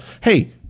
hey